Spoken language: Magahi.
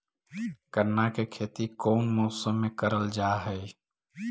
गन्ना के खेती कोउन मौसम मे करल जा हई?